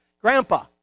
Grandpa